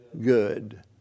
Good